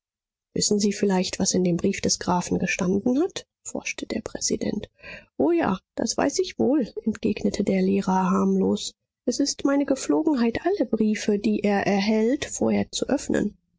wissen sie vielleicht was in dem brief des grafen gestanden hat forschte der präsident o ja das weiß ich wohl entgegnete der lehrer harmlos es ist meine gepflogenheit alle briefe die er erhält vorher zu öffnen